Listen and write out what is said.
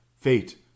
fate